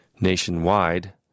Nationwide